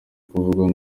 kuvugwa